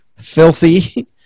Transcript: filthy